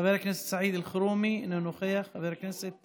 חבר הכנסת סעיד אלחרומי, אינו נוכח, חבר הכנסת